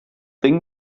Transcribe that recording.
thing